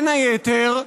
בין היתר,